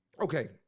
okay